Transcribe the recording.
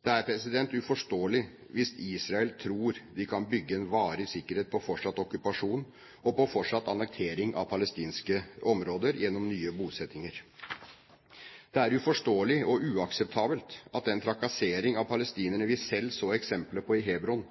Det er uforståelig hvis Israel tror de kan bygge en varig sikkerhet på fortsatt okkupasjon og på fortsatt annektering av palestinske områder gjennom nye bosettinger. Det er uforståelig og uakseptabelt at den trakassering av palestinerne som vi selv så eksempler på i